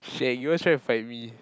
shag you always try to fight with me